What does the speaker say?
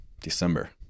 December